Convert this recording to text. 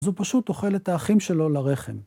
זו פשוט אוכל את האחים שלו לרחם.